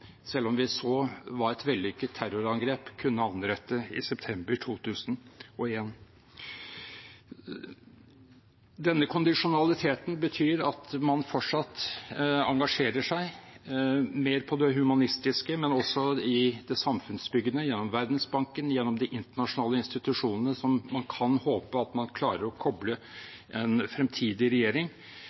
selv om vi så hva et vellykket terrorangrep kunne anrette i september 2001. Denne kondisjonaliteten betyr at man fortsatt engasjerer seg, mer på det humanistiske, men også i det samfunnsbyggende, gjennom Verdensbanken og gjennom de internasjonale institusjonene som man kan håpe man klarer å koble til en fremtidig regjering